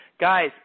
Guys